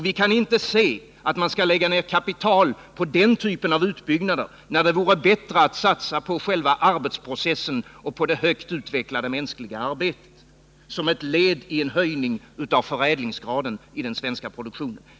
Vi kan inte se att man skall lägga ned kapital på den typen av utbyggnader, när det vore bättre att satsa på själva arbetsprocessen och på det högt utvecklade mänskliga arbetet som ett led i en höjning av förädlingsgraden i den svenska produktionen.